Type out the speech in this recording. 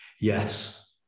Yes